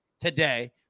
today